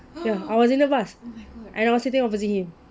ya I was in the bus and I was sitting opposite him